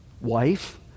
wife